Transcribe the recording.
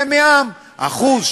1. שיהיה 5 כפול 10,